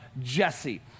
Jesse